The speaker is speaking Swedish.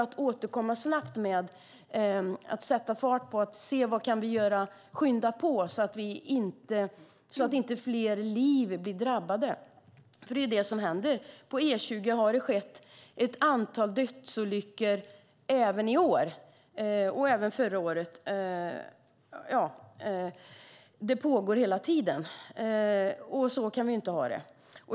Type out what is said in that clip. Då kan man återkomma snabbt, sätta fart och skynda på när det gäller vad vi kan göra för att inte fler liv blir drabbade. Det är ju detta som händer. På E20 har det skett ett antal dödsolyckor även i år och förra året. Det pågår hela tiden. Så kan vi inte ha det.